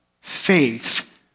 faith